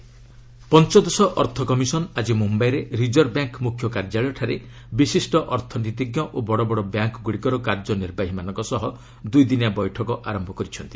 finance commission meeting ପଞ୍ଚଦଶ ଅର୍ଥକମିଶନ୍ ଆଜି ମୁମ୍ଭାଇରେ ରିଜର୍ଭ ବ୍ୟାଙ୍କ୍ ମୁଖ୍ୟ କାର୍ଯ୍ୟାଳୟଠାରେ ବିଶିଷ୍ଟ ଅର୍ଥନୀତିଜ୍ଞ ଓ ବଡ଼ ବଡ଼ ବ୍ୟାଙ୍କ୍ଗୁଡ଼ିକର କାର୍ଯ୍ୟ ନିର୍ବାହୀମାନଙ୍କ ସହ ଦୁଇ ଦିନିଆ ବୈଠକ ଆରମ୍ଭ କରିଛନ୍ତି